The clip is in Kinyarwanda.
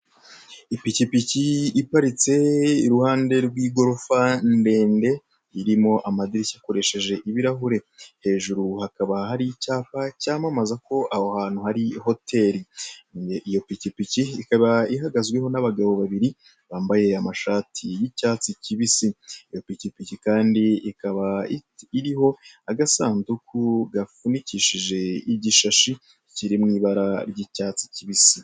Ipikipiki iparitse iruhande rw'igorofa ndende, irimo amadirishya akoresheje ibirahure, hejuru hakaba hari icyapa cyamamaza ko aho hantu hari hoteli. Iyo pikipiki ikaba ihagazweho n'abagabo babiri bambaye amashati y'icyatsi kibisi. Iyo pikipiki kandi ikaba iriho agasanduku gafunikishije igishashi kiri mw'ibara ry'icyatsi kibisi.